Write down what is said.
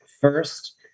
First